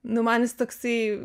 nu man jis toksai